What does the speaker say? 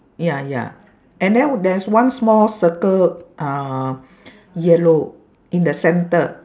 ya ya and then there's one small circle uh yellow in the centre